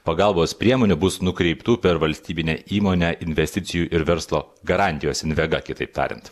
pagalbos priemonių bus nukreiptų per valstybinę įmonę investicijų ir verslo garantijos invega kitaip tariant